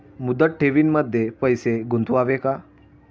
मुदत ठेवींमध्ये पैसे गुंतवावे का?